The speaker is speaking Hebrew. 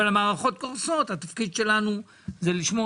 אבל המערכות קורסות והתפקיד שלנו הוא לשמור